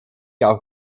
auch